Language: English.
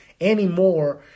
anymore